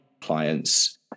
clients